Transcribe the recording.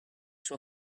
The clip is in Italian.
sua